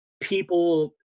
people